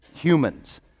humans